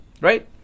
right